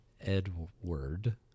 Edward